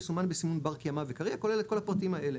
יסומן בסימון בר-קיימא וקריא הכולל את כל הפרטים האלה: